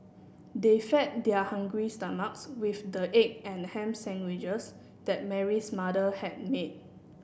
they fed their hungry stomachs with the egg and ham sandwiches that Mary's mother had made